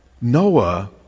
Noah